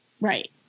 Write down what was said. Right